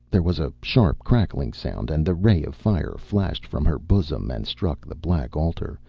there was a sharp crackling sound and the ray of fire flashed from her bosom and struck the black altar,